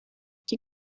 die